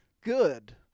good